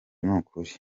nukuri